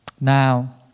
Now